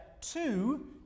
two